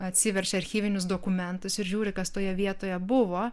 atsiverčia archyvinius dokumentus ir žiūri kas toje vietoje buvo